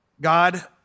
God